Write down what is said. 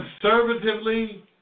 conservatively